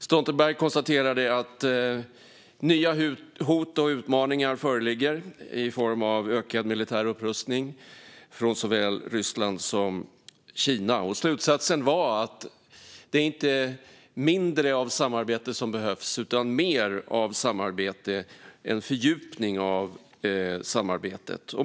Stoltenberg konstaterade att nya hot och utmaningar föreligger i form av ökad militär upprustning från såväl Ryssland som Kina. Slutsatsen var att det inte är mindre av samarbete som behövs utan mer av samarbete och en fördjupning av samarbetet.